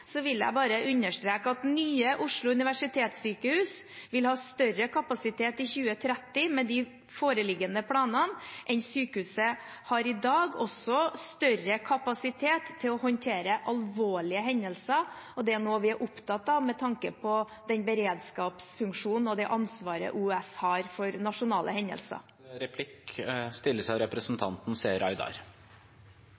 vil jeg bare understreke at Nye Oslo universitetssykehus vil ha større kapasitet i 2030, med de foreliggende planene, enn sykehuset har i dag, også større kapasitet til å håndtere alvorlige hendelser, og det er noe vi er opptatt av med tanke på den beredskapsfunksjon og det ansvaret OUS har for nasjonale hendelser. Fagforeningene er imot, flertallet av